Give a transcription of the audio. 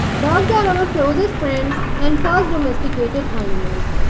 dogs are our closest friends and first domesticated animals.